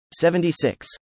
76